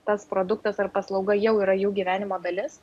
tas produktas ar paslauga jau yra jų gyvenimo dalis